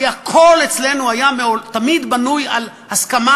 כי אצלנו הכול היה בנוי תמיד על הסכמה